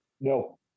no